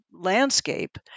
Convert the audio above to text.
landscape